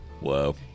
Whoa